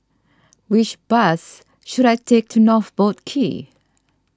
which bus should I take to North Boat Quay